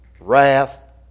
wrath